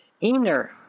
inner